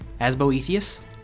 Asboethius